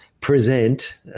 present